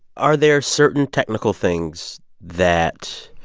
are there certain technical things that